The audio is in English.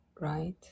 right